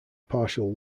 partial